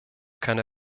keine